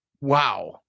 Wow